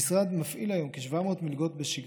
המשרד היום מפעיל כ-700 מלגות בשגרה,